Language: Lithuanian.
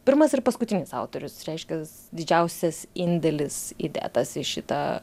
pirmas ir paskutinis autorius reiškias didžiausias indėlis įdėtas į šitą